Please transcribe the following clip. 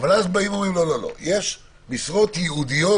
אבל אז באים ואומרים: לא, יש משרות ייעודיות